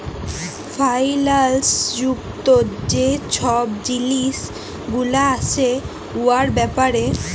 ফাইল্যাল্স যুক্ত যে ছব জিলিস গুলা আছে উয়ার ব্যাপারে